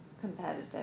competitive